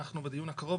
בדיון הקרוב,